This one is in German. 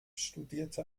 studierte